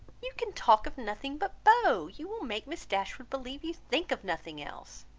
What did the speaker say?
you can talk of nothing but beaux you will make miss dashwood believe you think of nothing else.